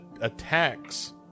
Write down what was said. attacks